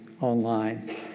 online